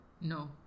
No